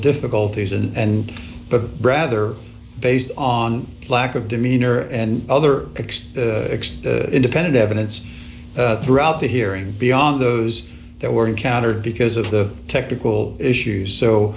difficulties and but rather based on lack of demeanor and other acts independent evidence throughout the hearing beyond those that were encountered because of the technical issues so